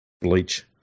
Bleach